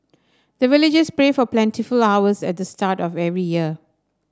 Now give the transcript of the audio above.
the villagers pray for plentiful harvest at the start of every year